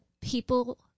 people